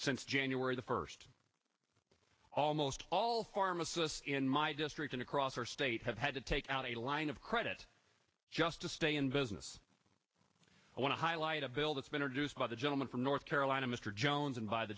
since january the first almost all pharmacists in my district and across our state have had to take out a line of credit just to stay in business i want to highlight a bill that's been reduced by the gentleman from north carolina mr jones and by the